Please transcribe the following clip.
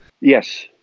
Yes